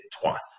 twice